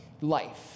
life